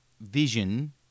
vision